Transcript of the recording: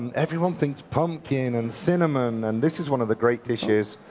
everyone thinks pumpkin and cinnamon, and this is one of the great issues.